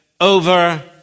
over